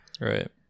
Right